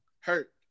hurt